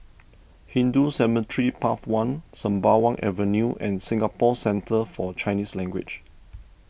Hindu Cemetery Path one Sembawang Avenue and Singapore Centre for Chinese Language